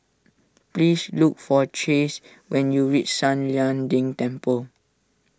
please look for Chace when you reach San Lian Deng Temple